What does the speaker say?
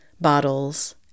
bottles